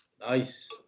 Nice